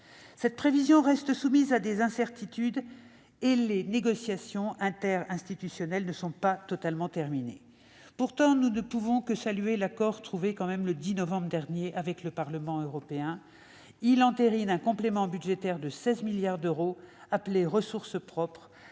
Cette prévision reste soumise à des incertitudes. De plus, les négociations interinstitutionnelles ne sont pas terminées. Pourtant, nous ne pouvons que saluer l'accord trouvé le 10 novembre dernier avec le Parlement européen. Il entérine un complément budgétaire de 16 milliards d'euros appelé « ressources propres »,